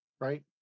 right